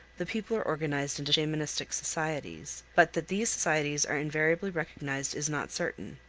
the people are organized into shamanistic societies but that these societies are invariably recognized is not certain.